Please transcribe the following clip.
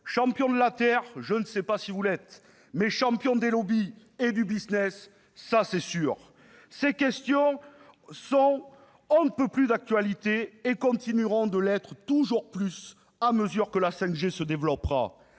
Champion de la Terre, je ne sais pas si vous l'êtes, mais champion des lobbies et du business, cela ne fait pas de doute ! Ces questions sont on ne peut plus d'actualité et continueront de l'être toujours plus à mesure que la 5G se développera.